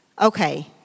okay